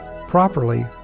properly